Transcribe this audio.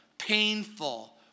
painful